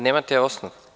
Nemate osnov.